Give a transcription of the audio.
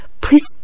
please